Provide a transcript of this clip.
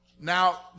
Now